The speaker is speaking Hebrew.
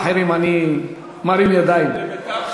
בכל